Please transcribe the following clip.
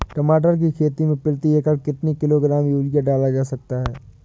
टमाटर की खेती में प्रति एकड़ कितनी किलो ग्राम यूरिया डाला जा सकता है?